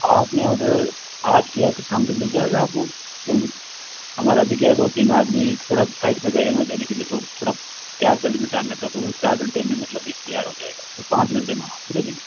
आपने आर्डर आज किया है तो शाम तक मिल जाएगा आपको क्योंकि हमारे भी क्या दो तीन आदमी थोड़ा साइट पर गए हैं देने के लिए तो थोड़ा तैयार करने में टाइम लगेगा तो चार घंटे में मतलब तैयार हो जाएगा तो पाँच घंटे में हम आपको दे देंगे